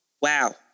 wow